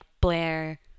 Blair